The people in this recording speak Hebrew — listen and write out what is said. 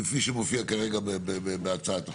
כפי שמופיע כרגע בהצעת החוק?